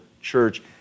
church